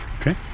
okay